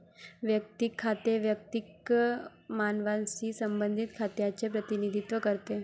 वैयक्तिक खाते वैयक्तिक मानवांशी संबंधित खात्यांचे प्रतिनिधित्व करते